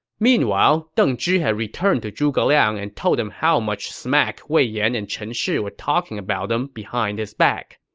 meanwhile, deng zhi had returned to zhuge liang and told him how much smack wei yan and chen shi were talking about him behind his back.